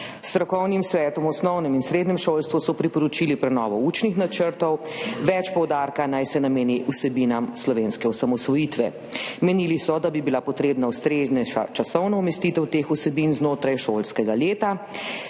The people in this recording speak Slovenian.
Strokovnim svetom v osnovnem in srednjem šolstvu so priporočili prenovo učnih načrtov, več poudarka naj se nameni vsebinam slovenske osamosvojitve. Menili so, da bi bila potrebna ustreznejša časovna umestitev teh vsebin znotraj šolskega leta,